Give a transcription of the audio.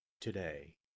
today